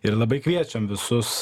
ir labai kviečiam visus